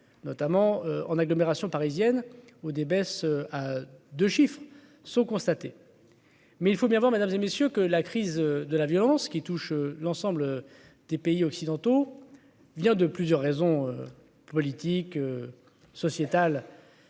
notamment en agglomération parisienne ou des baisses à 2 chiffres sont constatées, mais il faut bien voir mesdames et messieurs que la crise de la violence qui touche l'ensemble des pays occidentaux vient de plusieurs raisons politiques sociétales,